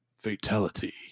Fatality